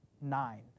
nine